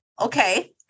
okay